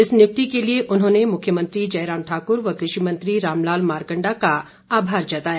इस नियुक्ति के लिए उन्होंने मुख्यमंत्री जयराम ठाक्र व कृषि मंत्री राम लाल मारकंडा का आभार जताया